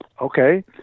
Okay